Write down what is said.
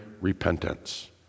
repentance